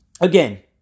again